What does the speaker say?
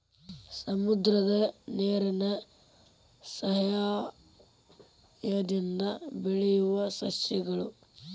ಸಮುದ್ರದ ನೇರಿನ ಸಯಹಾಯದಿಂದ ಬೆಳಿಯುವ ಸಸ್ಯಗಳು